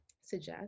suggest